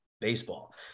baseball